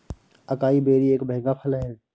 acai berry एक महंगा फल है